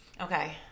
Okay